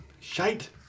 shite